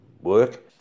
work